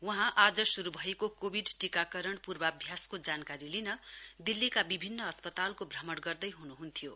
वहाँ आज श्रु भएको कोविड टीकाकरण पूर्वाभ्यासको जानकारी लिन दिल्लीका विभिन्न अस्पतालको भ्रमण गर्दैहन् ह्न्थ्यो